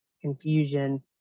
confusion